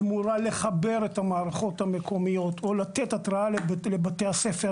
אמורה לחבר את המערכות המקומיות או לתת התרעה לבתי הספר,